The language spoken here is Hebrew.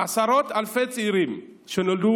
עשרות אלפי צעירים שנולדו